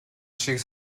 шиг